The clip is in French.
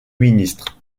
ministre